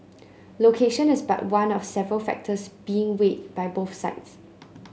location is but one of several factors being weighed by both sides